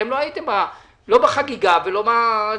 אתם לא הייתם לא בחגיגה ולא בצעקות.